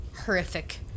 horrific